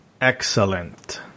Excellent